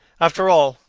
after all,